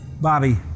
Bobby